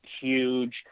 huge